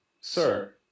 Sir